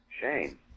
Shane